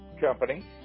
company